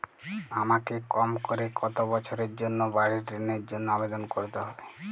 আমাকে কম করে কতো বছরের জন্য বাড়ীর ঋণের জন্য আবেদন করতে হবে?